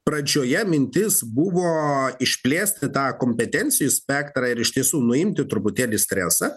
pradžioje mintis buvo išplėsti tą kompetencijų spektrą ir iš tiesų nuimti truputėlį stresą